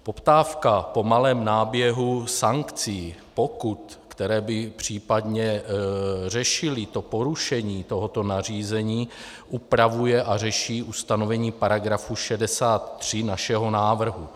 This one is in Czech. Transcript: Poptávku po malém náběhu sankcí, pokut, které by případně řešily porušení tohoto nařízení, upravuje a řeší ustanovení § 63 našeho návrhu.